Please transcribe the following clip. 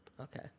Okay